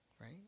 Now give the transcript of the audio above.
Right